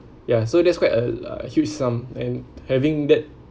ya so that's quite a a huge sum and having that